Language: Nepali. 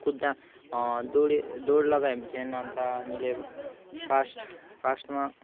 कुद्धा दौड दौड लगायौ भने चाहिँ हामीले फर्स्ट फर्स्टमा